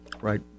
Right